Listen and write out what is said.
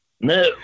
No